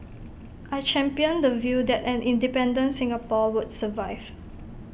I championed the view that an independent Singapore would survive